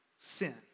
sin